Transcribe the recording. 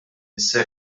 issa